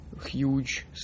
huge